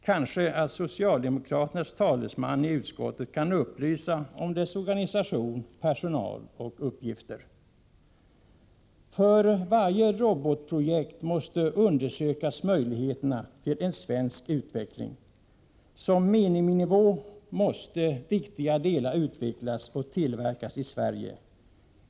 Kanske kan socialdemokraternas talesman i utskottet upplysa mig om dess organisation, personal och uppgifter. För varje robotprojekt måste möjligheterna till en svensk utveckling undersökas. Miniminivån måste vara att viktigare delar utvecklas och tillverkas i Sverige.